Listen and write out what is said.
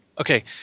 okay